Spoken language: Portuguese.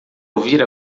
ouvir